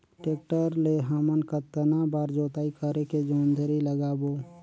Tractor ले हमन कतना बार जोताई करेके जोंदरी लगाबो?